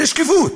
זו שקיפות.